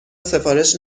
سفارش